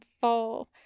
fall